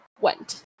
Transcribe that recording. went